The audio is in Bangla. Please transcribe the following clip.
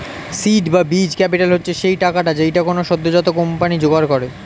সীড বা বীজ ক্যাপিটাল হচ্ছে সেই টাকাটা যেইটা কোনো সদ্যোজাত কোম্পানি জোগাড় করে